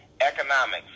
economics